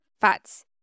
fats